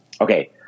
Okay